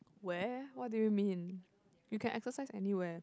where what do you mean you can exercise anywhere